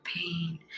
pain